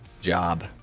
job